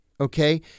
okay